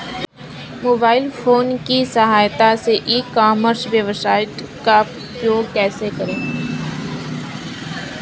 Mobile phone की सहायता से ई कॉमर्स वेबसाइट का उपयोग कैसे करें?